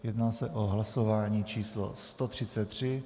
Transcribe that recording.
Jedná se o hlasování číslo 133.